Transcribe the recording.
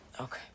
Okay